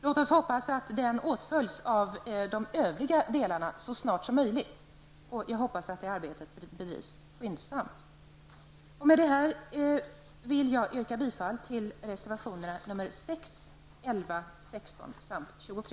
Låt oss hoppas att den så snart som möjligt åtföljs av de övriga delarna. Herr talman! Med detta yrkar jag bifall till reservation nr 6, 11, 16 och 23.